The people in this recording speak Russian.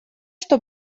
что